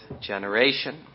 generation